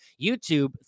YouTube